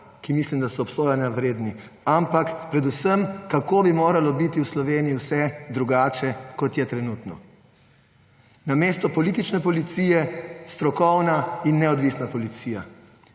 dejanj, ki so obsojanja vredna, ampak predvsem, kako bi moralo biti v Sloveniji vse drugače, kot je trenutno. Namesto politične policije − strokovna in neodvisna policija.